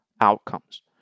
outcomes